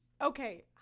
Okay